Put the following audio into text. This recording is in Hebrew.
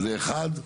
זה אחד.